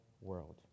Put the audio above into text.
world